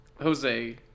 Jose